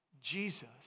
Jesus